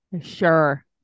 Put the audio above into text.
Sure